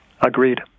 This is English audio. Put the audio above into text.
Agreed